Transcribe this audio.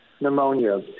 Pneumonia